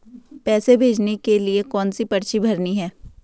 पैसे भेजने के लिए कौनसी पर्ची भरनी है?